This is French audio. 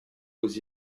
aux